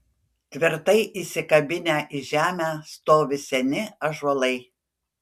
tvirtai įsikabinę į žemę stovi seni ąžuolai